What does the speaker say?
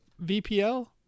VPL